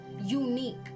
unique